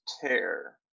tear